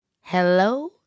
hello